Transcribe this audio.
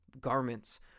garments